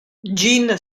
jin